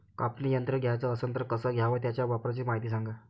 कापनी यंत्र घ्याचं असन त कस घ्याव? त्याच्या वापराची मायती सांगा